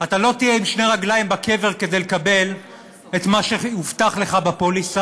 אתה לא תהיה עם שתי רגליים בקבר כדי לקבל את מה שהובטח לך בפוליסה,